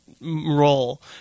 role